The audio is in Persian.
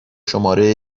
شماره